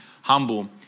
humble